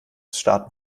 staaten